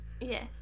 Yes